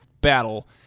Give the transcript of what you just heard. battle